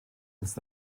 ins